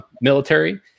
military